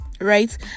Right